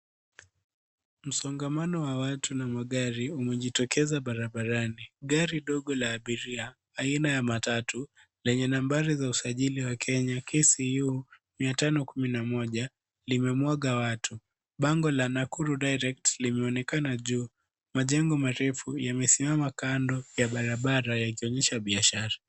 Msongamano wa watu na magari umejitokeza barabarani. Gari ndogo la abiria aina ya matatu lenye nambari za usajili za Kenya KCU 511 limemwaga watu. Bango la Nakuru Direct limeonekana juu. Majengo marefu yamesimama kando ya barabara yakionyesha biashara.